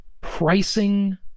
pricing